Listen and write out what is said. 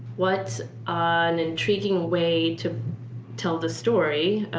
what an intriguing way to tell the story.